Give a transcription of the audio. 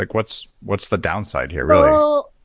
like what's what's the downside here really? well,